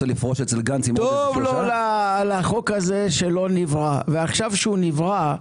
טוב לחוק הזה שלא היה נברא ועכשיו כשהוא נברא,